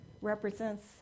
represents